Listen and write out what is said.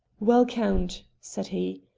well, count, said he,